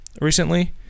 recently